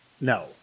No